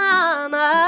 Mama